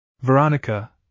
Veronica